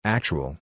Actual